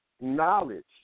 knowledge